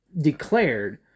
declared